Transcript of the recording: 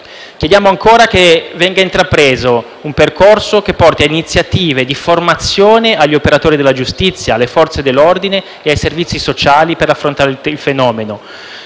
Chiediamo, ancora, che venga intrapreso un percorso che porti a iniziative di formazione degli operatori della giustizia, delle Forze dell'ordine e dei servizi sociali per affrontare il fenomeno;